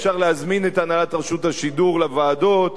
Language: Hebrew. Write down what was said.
אפשר להזמין את הנהלת רשות השידור לוועדות,